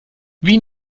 wie